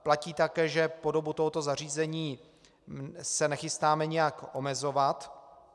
Platí také, že podobu tohoto zařízení se nechystáme nijak omezovat.